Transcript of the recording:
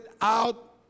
out